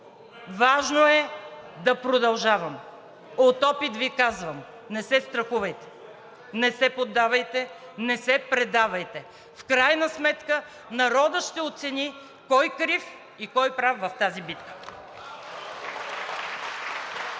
важно е да продължаваме. От опит Ви казвам: не се страхувайте, не се поддавайте, не се предавайте! В крайна сметка народът ще оцени кой е крив и кой е прав в тази битка! (Възгласи: